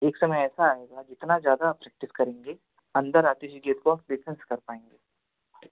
एक समय ऐसा आएगा जितना ज़्यादा आप प्रक्टिस करेंगे अंदर आती हुई गेंद को आप डिफेंस कर पाएँगे